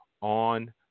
on